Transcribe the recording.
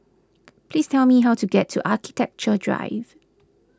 please tell me how to get to Architecture Drive